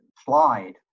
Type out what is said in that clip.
slide